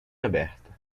aberta